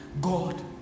God